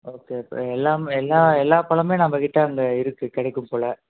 okay இப்போ எல்லாம் எல்லாம் எல்லா பழம்மே நம்மக்கிட்ட இந்த இருக்குது கிடைக்கும்போல